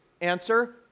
Answer